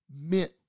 meant